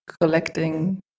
collecting